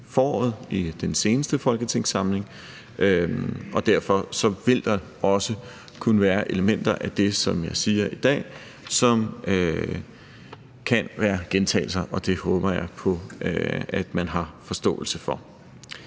foråret, i den seneste folketingssamling, og derfor vil der også kunne være elementer af det, som jeg siger i dag, som kan være gentagelser. Det håber jeg på at man har forståelse for.